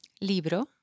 Libro